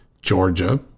Georgia